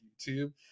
YouTube